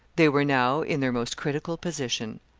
they were now in their most critical position.